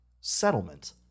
settlement